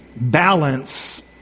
balance